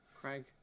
Craig